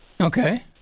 Okay